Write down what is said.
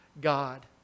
God